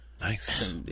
Nice